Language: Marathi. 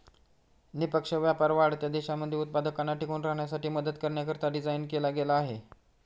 निष्पक्ष व्यापार वाढत्या देशांमध्ये उत्पादकांना टिकून राहण्यासाठी मदत करण्याकरिता डिझाईन केला गेला आहे